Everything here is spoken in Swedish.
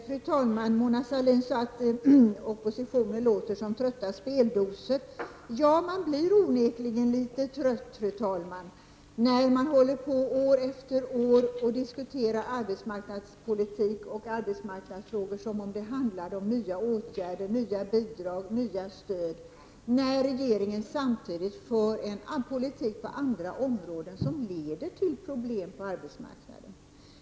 Fru talman! Mona Sahlin sade att oppositionen låter som trötta speldosor. Ja, man blir onekligen litet trött, fru talman, när man år efter år diskuterar arbetsmarknadspolitik och arbetsmarknadsfrågor som om det handlade om nya åtgärder, nya bidrag, nya stöd. Samtidigt för regeringen en politik på andra områden som leder till problem på arbetsmarknaden.